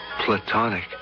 platonic